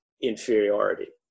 inferiority